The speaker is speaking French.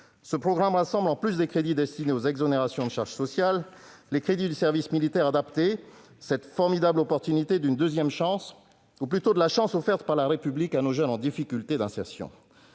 Ce programme rassemble, en plus des crédits destinés aux exonérations de charges sociales, les crédits du service militaire adapté (SMA), qui constitue une formidable opportunité, une deuxième chance offerte par la République à nos jeunes en difficulté d'insertion.